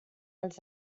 els